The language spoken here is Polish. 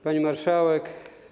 Pani Marszałek!